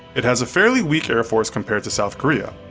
it has a fairly weak air force compared to south korea.